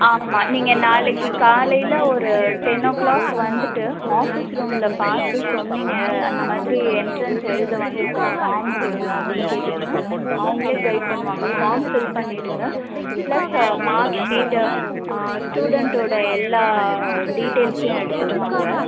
ஆமாம் நீங்கள் நாளைக்கு காலையில் ஒரு டென் ஓ கிளாக் வந்துட்டு ஆஃபிஸ் ரூமில் பார்த்து சொன்னீங்க அந்தமாதிரி எண்ட்ரன்ஸ் எழுத வந்துருக்கோம் ஃபாம் கொடுங்க அப்படீன்னு கேட்டீங்கன்னா அவங்களே கைட் பண்ணுவாங்கள் ஃபாம் ஃபில் பண்ணிடுங்கள் ப்ளஸ் மார்க் ஷீட்டு ஸ்டுடென்டோடய எல்லா டீடைல்ஸையும் எடுத்துகிட்டு வாங்க